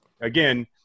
again